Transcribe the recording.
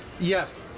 yes